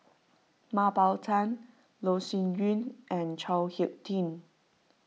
Mah Bow Tan Loh Sin Yun and Chao Hick Tin